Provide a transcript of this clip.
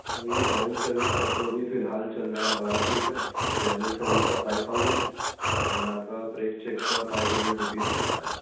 بھائی oil service کا تو ابھی فی الحال چل رہا ہے بارہ سو روپئے جنرل سروس کا فائیو تھاؤزینڈ اینڈ آپ کا بریک چیک کا فائیو ہنڈریڈ روپیز چل رہا ہے